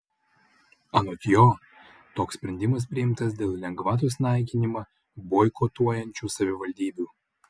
anot jo toks sprendimas priimtas dėl lengvatos naikinimą boikotuojančių savivaldybių